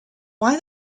why